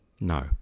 No